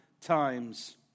times